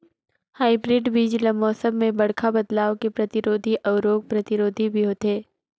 hybrid बीज ल मौसम में बड़खा बदलाव के प्रतिरोधी अऊ रोग प्रतिरोधी भी होथे